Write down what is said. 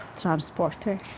transporter